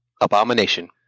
Abomination